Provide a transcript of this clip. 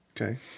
Okay